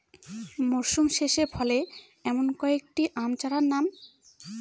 মরশুম শেষে ফলে এমন কয়েক টি আম চারার নাম?